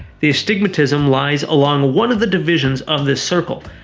the astigmatism lies along one of the divisions of this circle.